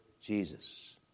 Jesus